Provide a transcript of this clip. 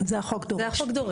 זה החוק דורש.